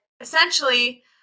essentially